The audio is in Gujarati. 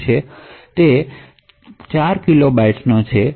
છે તે 4 કિલો બાઇટ્સનો છે